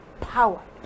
power